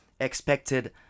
expected